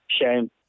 shame